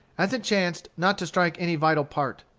as it chanced not to strike any vital part.